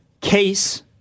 Case